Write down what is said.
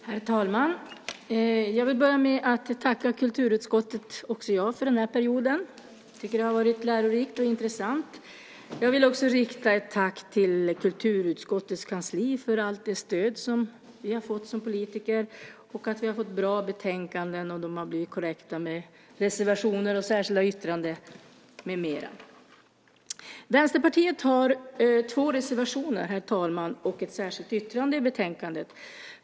Herr talman! Också jag vill börja med att tacka kulturutskottet. Jag tycker att det har varit lärorikt och intressant. Jag vill också rikta ett tack till kulturutskottets kansli för allt det stöd som vi har fått som politiker. Vi har fått bra betänkanden och de har blivit korrekta med reservationer, särskilda yttranden med mera. Herr talman! Vänsterpartiet har två reservationer och ett särskilt yttrande i betänkandet.